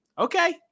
Okay